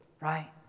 Right